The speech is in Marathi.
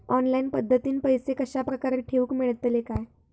ऑनलाइन पद्धतीन पैसे कश्या प्रकारे ठेऊक मेळतले काय?